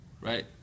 Right